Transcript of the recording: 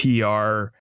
PR